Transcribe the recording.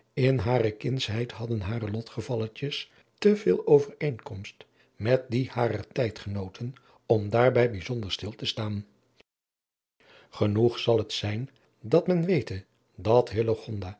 in hare kindschheid hadden hare lotgevalletjes te veel overeenkomst met die harer tijd genooten om daarbij bijzonder stil te staan genoeg zal het zijn dat men wete dat